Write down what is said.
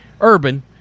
Urban